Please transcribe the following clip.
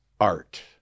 art